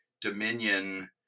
Dominion